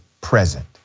present